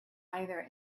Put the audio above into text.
either